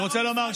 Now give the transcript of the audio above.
אני רוצה לומר,